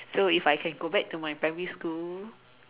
so if I can go back to my primary school